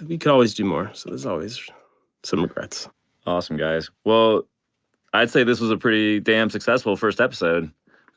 we can always do more. so there's always some regrets awesome guys. well i'd say this was a pretty damn successful first episode